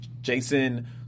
Jason